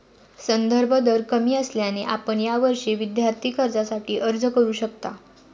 संदर्भ दर कमी असल्याने आपण यावर्षी विद्यार्थी कर्जासाठी अर्ज करू शकता